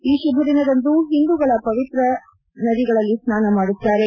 ಈ ಶುಭದಿನದಂದು ಹಿಂದೂಗಳು ಪವಿತ್ರ ನದಿಗಳಲ್ಲಿ ಸ್ವಾನ ಮಾಡುತ್ತಾರೆ